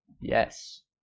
Yes